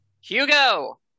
hugo